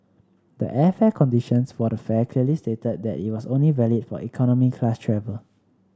the airfare conditions for the fare clearly stated that it was only valid for economy class travel